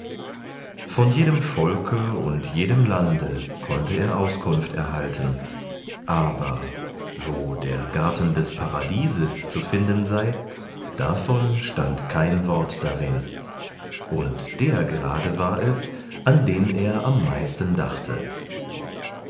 von jedem volke und jedem lande konnte er auskunft erhalten aber wo der garten des paradieses zu finden sei davon stand kein wort darin und der gerade war es an den er am meisten dachte